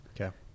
Okay